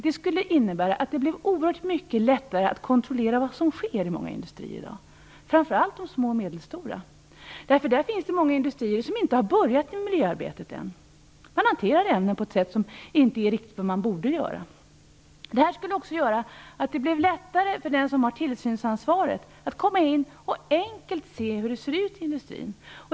Det skulle innebära att det blev oerhört mycket lättare att kontrollera vad som sker i många industrier i dag. Framför allt i de små och medelstora företagen. Där finns det många industrier som inte har börjat med miljöarbetet än. Man hanterar ämnen på ett sätt som inte riktigt stämmer med hur man borde göra. Miljörevisionen skulle också göra att det blev lättare för den som har tillsynsansvaret att komma in och enkelt se hur det ser ut i industrin.